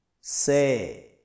Say